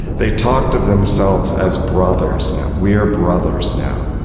they talked of themselves as brothers now, we are brothers now,